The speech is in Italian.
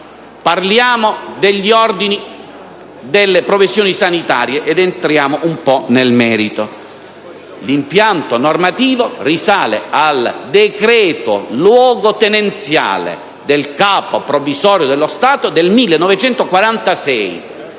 Parliamo degli ordini delle professioni sanitarie ed entriamo un po' nel merito. L'impianto normativo risale al decreto luogotenenziale del Capo provvisorio dello Stato del 1946.